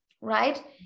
right